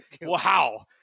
Wow